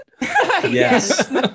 Yes